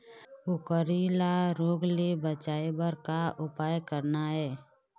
कुकरी ला रोग ले बचाए बर का उपाय करना ये?